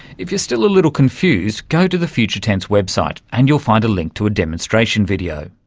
if you're still a little confused, go to the future tense website and you'll find a link to a demonstration video.